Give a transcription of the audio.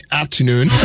afternoon